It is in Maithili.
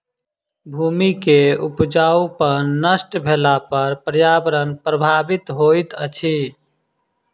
भूमि के उपजाऊपन नष्ट भेला पर पर्यावरण प्रभावित होइत अछि